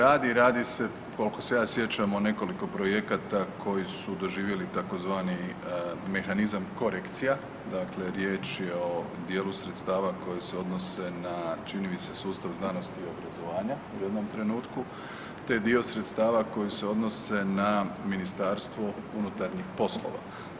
Znam o čemu se radi, radi se koliko se ja sjećam o nekoliko projekata koji su doživjeli tzv. mehanizam korekcija, dakle riječ je o dijelu sredstava koji se odnose na, čini mi se sustav znanosti i obrazovanja u jednom trenutku te dio sredstava koji se odnose na Ministarstvo unutarnjih poslova.